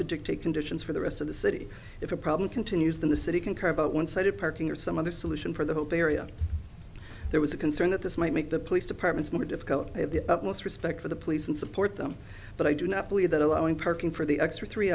to dictate conditions for the rest of the city if a problem continues then the city can carve out one sided parking or some other solution for the hope area there was a concern that this might make the police departments more difficult they have the utmost respect for the police and support them but i do not believe that allowing parking for the extra three